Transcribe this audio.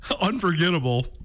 unforgettable